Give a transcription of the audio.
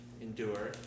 endure